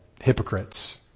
hypocrites